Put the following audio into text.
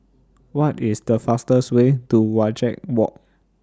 What IS The fastest Way to Wajek Walk